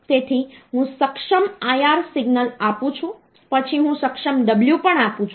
તેથી હું સક્ષમ IR સિગ્નલ આપું છું પછી હું સક્ષમ w પણ આપું છું